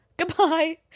goodbye